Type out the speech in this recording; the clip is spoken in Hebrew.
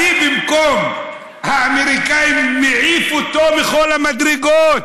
אני, במקום האמריקנים, מעיף אותו מכל המדרגות.